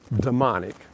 demonic